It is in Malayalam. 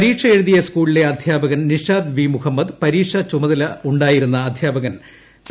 പരീക്ഷ എഴുതിയ സ്കൂളിലെ അധ്യാപകൻ നിഷാദ് വി മുഹമ്മദ് പരീക്ഷാ ചുമതലയുണ്ടായിരുന്ന അധ്യാപകൻ പി